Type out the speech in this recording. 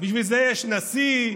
אבל איך תרכיבו עם 45, בשביל זה יש נשיא,